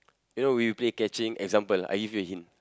you know we play catching example I give you a hint